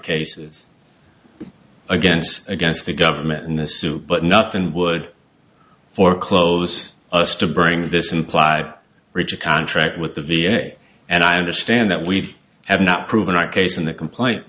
cases against against the government in the suit but nothing would foreclose us to bring this implied breach of contract with the v a and i understand that we have not proven our case in the complaint